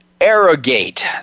arrogate